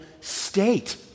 state